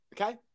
Okay